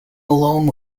alone